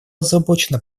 озабочена